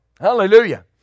Hallelujah